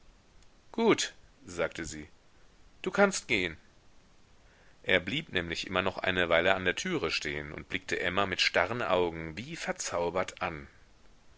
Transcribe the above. gut sagte sie du kannst gehn er blieb nämlich immer noch eine weile an der türe stehen und blickte emma mit starren augen wie verzaubert an